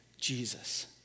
Jesus